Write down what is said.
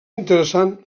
interessant